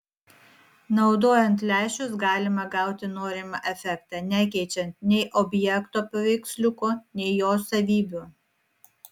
naudojant lęšius galima gauti norimą efektą nekeičiant nei objekto paveiksliuko nei jo savybių